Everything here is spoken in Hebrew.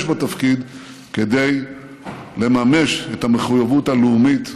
בתפקיד כדי לממש את המחויבות הלאומית,